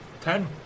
Ten